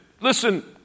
listen